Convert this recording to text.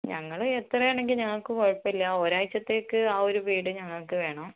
ഞങ്ങൾ എത്രയാണെങ്കിലും ഞങ്ങൾക്ക് കുഴപ്പമില്ല ഒരാഴ്ചത്തേക്ക് ആ ഒരു വീട് ഞങ്ങൾക്ക് വേണം